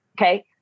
Okay